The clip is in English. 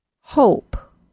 Hope